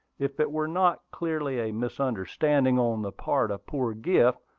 if it were not clearly a misunderstanding on the part of poor griff,